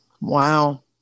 Wow